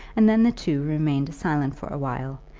and then the two remained silent for a while,